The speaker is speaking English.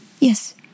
Yes